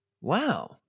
Wow